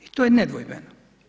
I to je nedvojbeno.